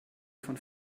von